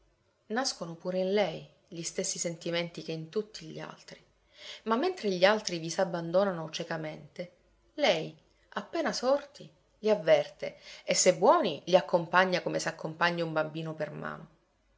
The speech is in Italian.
nascono pure in lei gli stessi sentimenti che in tutti gli altri ma mentre gli altri vi s'abbandonano cecamente lei appena sorti li avverte e se buoni li accompagna come s'accompagna un bambino per mano